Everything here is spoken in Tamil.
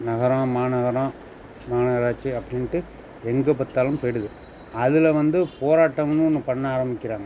நகரம் மாநகரம் மாநகராட்சி அப்படின்ட்டு எங்கே பார்த்தாலும் போயிடுது அதில் வந்து போராட்டம்னு ஒன்று பண்ண ஆரம்பிக்கிறாங்கள்